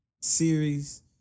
series